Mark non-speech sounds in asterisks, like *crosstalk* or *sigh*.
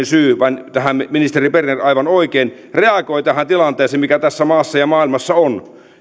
*unintelligible* syy vaan ministeri berner aivan oikein reagoi tähän tilanteeseen mikä tässä maassa ja maailmassa on